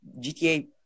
GTA